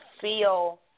feel